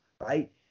right